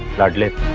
bad luck